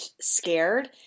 scared